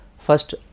First